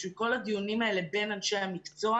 בשביל כל הדיונים הללו בין אנשי המקצוע